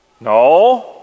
no